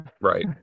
Right